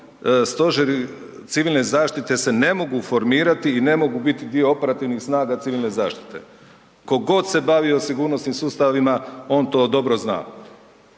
Stožeri civilne zaštite se ne mogu formirati i ne mogu biti dio operativnih snaga Civilne zaštite. Ko god se bavio sigurnosnim sustavima, on to dobro zna.